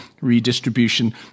redistribution